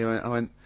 i went,